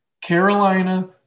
Carolina